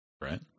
Right